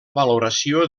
valoració